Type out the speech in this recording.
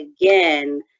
again